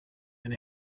and